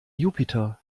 jupiter